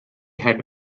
had